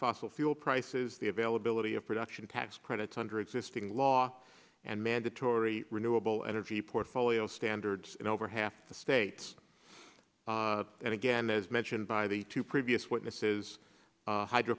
fossil fuel prices the availability of production tax credits under existing law and mandatory renewable energy portfolio standards in over half the states and again as mentioned by the two previous witnesses hydro